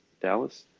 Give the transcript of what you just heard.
Dallas